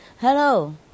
hello